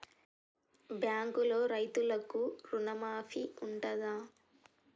బ్యాంకులో రైతులకు రుణమాఫీ ఉంటదా?